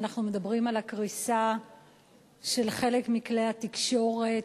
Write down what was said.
אנחנו מדברים על הקריסה של חלק מכלי התקשורת.